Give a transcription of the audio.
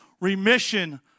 Remission